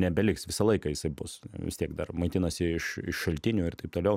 nebeliks visą laiką jisai bus vis tiek dar maitinasi iš šaltinių ir taip toliau